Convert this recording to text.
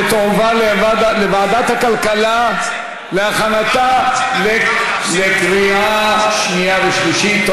ותועבר לוועדת הכלכלה להכנתה לקריאה שנייה ושלישית.